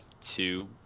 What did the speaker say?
two